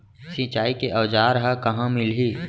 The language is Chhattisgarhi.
सिंचाई के औज़ार हा कहाँ मिलही?